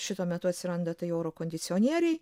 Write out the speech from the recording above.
šituo metu atsiranda tai oro kondicionieriai